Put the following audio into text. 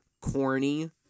corny